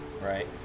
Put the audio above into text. right